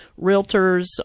realtors